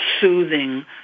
soothing